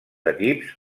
equips